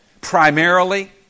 primarily